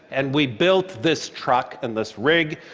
and we built this truck and this rig.